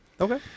Okay